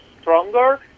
stronger